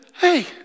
hey